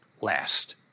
last